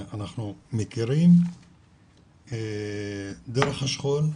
אנחנו מכירים דרך השכול,